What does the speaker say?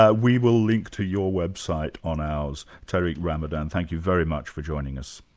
ah we will link to your website on ours. tariq ramadan, thank you very much for joining us.